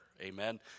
amen